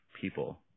people